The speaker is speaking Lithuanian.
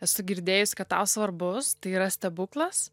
esu girdėjusi kad tau svarbus tai yra stebuklas